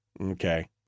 Okay